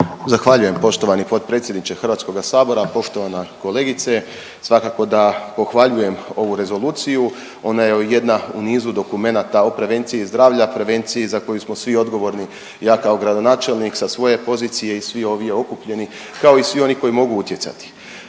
Zahvaljujem poštovani potpredsjedniče Hrvatskoga sabora. Poštovana kolegice svakako da pohvaljujem ovu rezoluciju. Ona je jedna u nizu dokumenata o prevenciji zdravlja, prevenciji za koju smo svi odgovorni. Ja kao gradonačelnik sa svoje pozicije i svi ovdje okupljeni, kao i svi oni koji mogu utjecati.